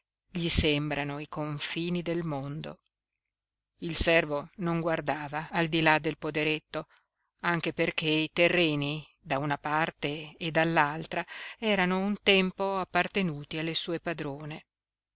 gli sembrano i confini del mondo il servo non guardava al di là del poderetto anche perché i terreni da una parte e dall'altra erano un tempo appartenuti alle sue padrone